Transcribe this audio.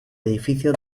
edificio